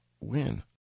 win